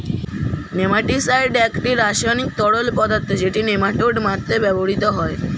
nematicide একটি রাসায়নিক তরল পদার্থ যেটি নেমাটোড মারতে ব্যবহৃত হয়